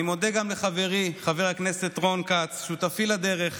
אני מודה גם לחברי חבר הכנסת רון כץ, שותפי לדרך,